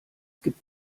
gibt